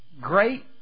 great